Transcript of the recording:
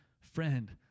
Friend